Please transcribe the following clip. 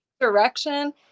direction